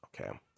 okay